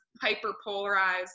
hyper-polarized